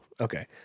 Okay